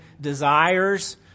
desires